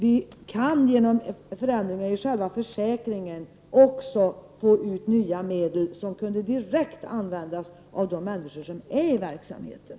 Vi kan genom att ändra själva försäkringen få nya medel som direkt skulle kunna användas av människor som ägnar sig åt verksamheten.